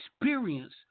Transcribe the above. experience